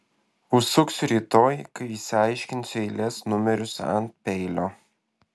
užsuksiu rytoj kai išsiaiškinsiu eilės numerius ant peilio